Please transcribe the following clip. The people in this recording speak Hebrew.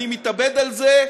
אני מתאבד על זה.